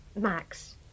Max